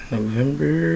November